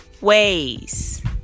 ways